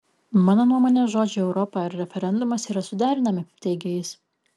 mano nuomone žodžiai europa ir referendumas yra suderinami teigė jis